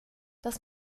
das